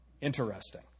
Interesting